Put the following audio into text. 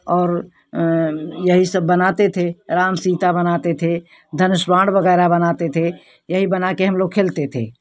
और यही सब बनाते थे राम सीता बनाते थे धनुष बाण वगैरह बनाते थे यही सब बना के हम लोग खेलते थे